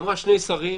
אמרה: שני שרים,